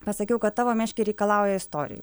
pasakiau kad tavo meškiai reikalauja istorijų